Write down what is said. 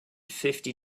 fifty